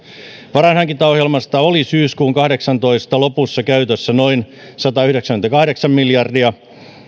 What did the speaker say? varainhankintaohjelmasta oli syyskuun kaksituhattakahdeksantoista lopussa käytössä noin satayhdeksänkymmentäkahdeksan miljardia